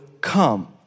come